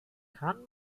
kann